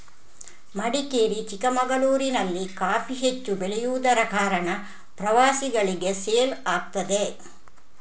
ಮಡಿಕೇರಿ, ಚಿಕ್ಕಮಗಳೂರಿನಲ್ಲಿ ಕಾಫಿ ಹೆಚ್ಚು ಬೆಳೆಯುದರ ಕಾರಣ ಪ್ರವಾಸಿಗಳಿಗೆ ಸೇಲ್ ಆಗ್ತದೆ